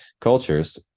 cultures